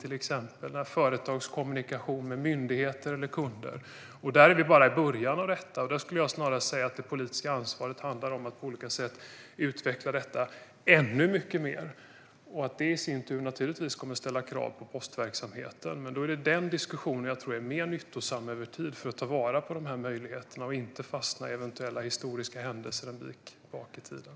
Det handlar om företags kommunikation med myndigheter eller kunder. Vi är bara i början av detta, och jag skulle snarast vilja säga att det politiska ansvaret handlar om att på olika sätt utveckla detta ännu mycket mer. Det kommer i sin tur naturligtvis att ställa krav på postverksamheten, men den diskussionen tror jag ger större nytta över tid för att ta vara på dessa möjligheter och inte fastna i eventuella historiska händelser en bit bak i tiden.